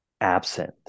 absent